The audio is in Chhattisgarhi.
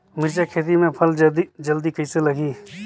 मिरचा खेती मां फल जल्दी कइसे लगही?